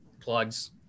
plugs